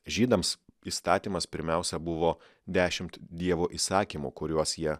žydams įstatymas pirmiausia buvo dešimt dievo įsakymų kuriuos jie